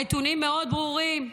הנתונים מאוד ברורים.